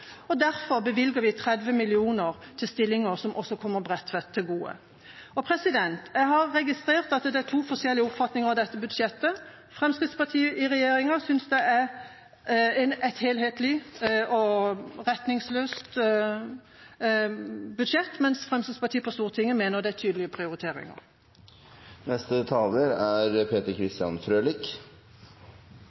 Derfor bevilger vi 30 mill. kr til stillinger som også kommer Bredtveit til gode. Jeg har registrert at det er to forskjellige oppfatninger av dette budsjettet. Fremskrittspartiet i regjering synes det er et helhetlig og retningsløst budsjett, mens Fremskrittspartiet på Stortinget mener at det er tydelige prioriteringer. Det å overta Justisdepartementet i fjor høst må ha vært en interessant opplevelse. Dette er